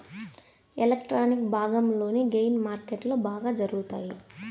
electronic భాగంలోని gain మార్కెట్లో బాగా జరుగుతాయి